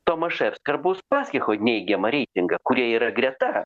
tomaševskio arba uspaskicho neigiamą reitingą kurie yra greta